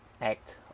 act